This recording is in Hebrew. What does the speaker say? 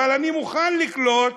אבל אני מוכן לקלוט,